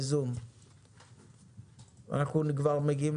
אם תוכל,